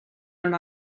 non